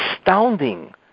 astounding